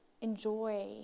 enjoy